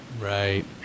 Right